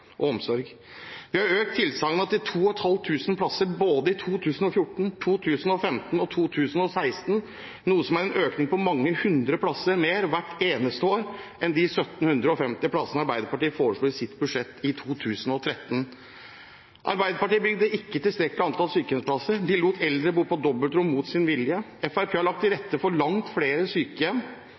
Vi har økt tilsagnene til 2 500 plasser i både 2014, 2015 og 2016, noe som er en økning på mange hundre plasser mer hvert eneste år enn de 1 750 plassene Arbeiderpartiet foreslo i sitt budsjett i 2013. Arbeiderpartiet bygde ikke tilstrekkelig antall sykehjemsplasser, de lot eldre bo på dobbeltrom mot sin vilje. Fremskrittspartiet har lagt til rette for langt flere sykehjem